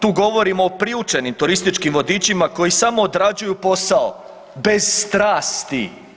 Tu govorimo o priučenim turističkim vodičima koji samo odrađuju posao, bez strasti.